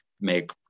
make